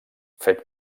fet